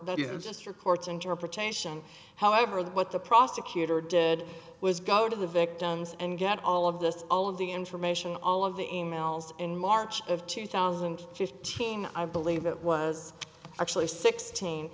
that is just your court's interpretation however what the prosecutor did was go to the victims and get all of this all of the information all of the e mails in march of two thousand and fifteen i believe it was actually sixteen